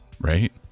right